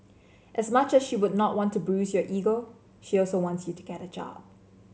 as much as she would not want to bruise your ego she also wants you to get a job